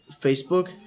Facebook